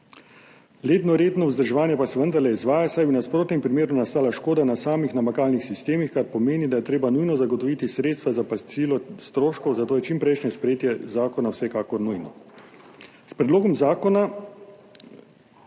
Letno redno vzdrževanje pa se vendarle izvaja, saj bi v nasprotnem primeru nastala škoda na samih namakalnih sistemih, kar pomeni, da je treba nujno zagotoviti sredstva za plačilo stroškov, zato je čimprejšnje sprejetje zakona vsekakor nujno. S predlogom zakona